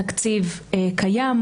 תקציב קיים.